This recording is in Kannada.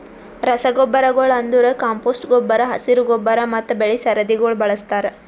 ರಸಗೊಬ್ಬರಗೊಳ್ ಅಂದುರ್ ಕಾಂಪೋಸ್ಟ್ ಗೊಬ್ಬರ, ಹಸಿರು ಗೊಬ್ಬರ ಮತ್ತ್ ಬೆಳಿ ಸರದಿಗೊಳ್ ಬಳಸ್ತಾರ್